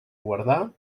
guardar